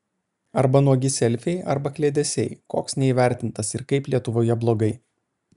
arba nuogi selfiai arba kliedesiai koks neįvertintas ir kaip lietuvoje blogai